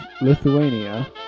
Lithuania